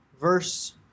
verse